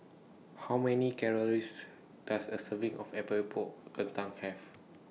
How Many Calories Does A Serving of Epok Epok Kentang Have